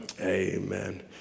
Amen